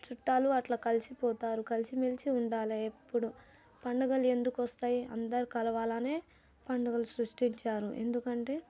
చుట్టాలు అట్లా కలిసిపోతారు కలిసిమెలిసి ఉండాలి ఎప్పుడు పండగలు ఎందుకు వస్తాయి అందరూ కలవాలనే పండుగలు సృష్టించారు ఎందుకంటే